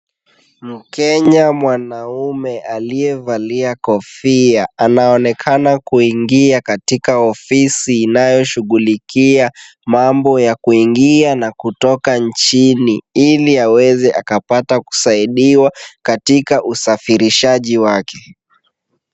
Mkenya mwanamume aliyevalia kofia anaonekana kuingia katika ofisi inayoshughulikia mambo ya kuingia na kutoka nchini ili aweze akapata kusaidiwa katika usafirishaji wake.